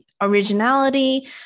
originality